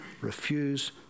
refuse